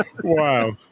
Wow